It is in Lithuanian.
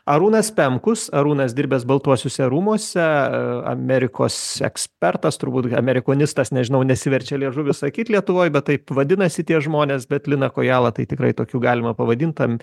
arūnas pemkus arūnas dirbęs baltuosiuose rūmuose a amerikos ekspertas turbūt hamerikonistas nežinau nesiverčia liežuvis sakyt lietuvoj bet taip vadinasi tie žmonės bet liną kojalą tai tikrai tokiu galima pavadint tan